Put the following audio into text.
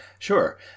Sure